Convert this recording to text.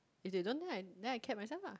if they don't then I then I cab myself lah